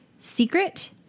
secret